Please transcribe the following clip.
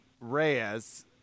Reyes